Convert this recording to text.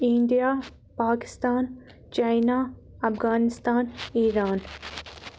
India Pakistan China Afghanistan Iran